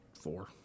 four